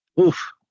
Oof